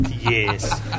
Yes